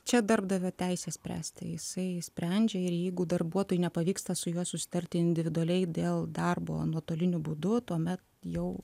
čia darbdavio teisė spręsti jisai sprendžia ir jeigu darbuotojui nepavyksta su juo susitarti individualiai dėl darbo nuotoliniu būdu tuomet jau